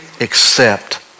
accept